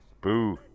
Boo